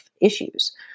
issues